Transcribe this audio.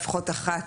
לפחות אחת,